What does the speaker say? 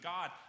God